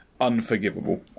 unforgivable